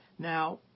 Now